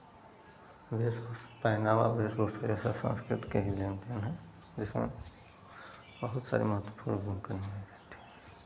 ये सब पहनावा वेश भूषा ये सब संस्कृत की ही लेन देन हैं जिसमें बहुत सारे महत्वपूर्ण भूमिका निभाती थी